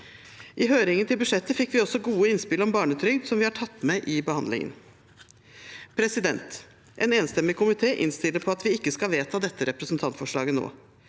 I høringen til budsjettet fikk vi også gode innspill om barnetrygd, som vi har tatt med i behandlingen. En enstemmig komité innstiller på at vi ikke skal vedta dette representantforslaget nå.